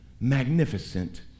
magnificent